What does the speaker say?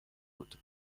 بود